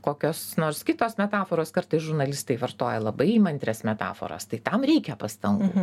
kokios nors kitos metaforos kartais žurnalistai vartoja labai įmantrias metaforas tai tam reikia pastangų